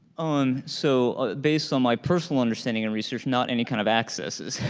on so based on my personal understanding and research, not any kind of accesses.